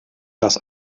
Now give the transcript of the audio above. das